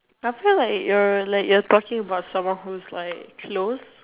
I feel like you're like you're talking about someone who's like close